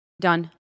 done